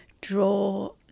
draw